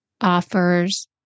offers